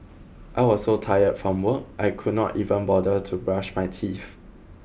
I was so tired from work I could not even bother to brush my teeth